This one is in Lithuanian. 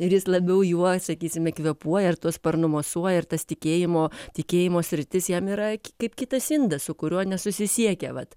ir jis labiau juo sakysime kvėpuoja ar tuo sparnu mosuoja ir tas tikėjimo tikėjimo sritis jam yra kaip kitas indas su kuriuo nesusisiekia vat